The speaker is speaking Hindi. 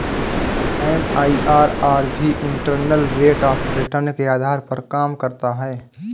एम.आई.आर.आर भी इंटरनल रेट ऑफ़ रिटर्न के आधार पर काम करता है